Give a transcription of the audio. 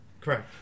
Correct